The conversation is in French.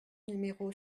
numéro